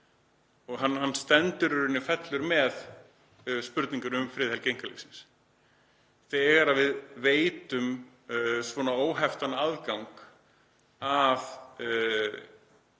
og hann stendur og fellur með spurningunni um friðhelgi einkalífsins. Þegar við veitum svona óheftan aðgang að allri